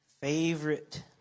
favorite